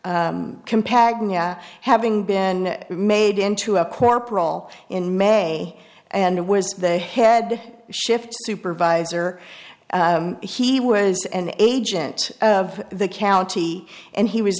mr compact mya having been made into a corporal in may and was the head shift supervisor he was an agent of the county and he was